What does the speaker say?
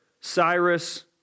Cyrus